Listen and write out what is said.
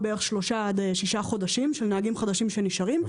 בערך שלושה עד שישה חודשים של נהגים חדשים שנשארים.